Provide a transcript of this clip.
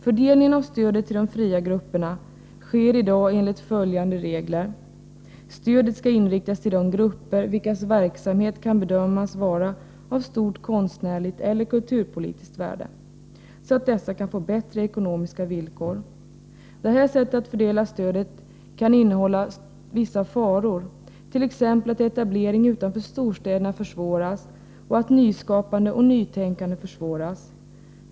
Fördelningen av stödet till de fria grupperna sker i dag enligt följande regel: ”Stödet skall inriktas till de grupper vilkas verksamhet kan bedömas vara av stort konstnärligt eller kulturpolitiskt värde, så att dessa kan få bättre ekonomiska villkor.” Detta sätt att fördela stödet kan innehålla vissa faror, t.ex. att etablering utanför storstäderna försvåras och att nyskapande och nytänkande försvåras.